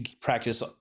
practice